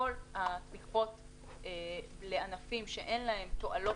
כל התמיכות לענפים שאין להם תועלות